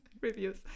reviews